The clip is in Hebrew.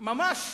ממש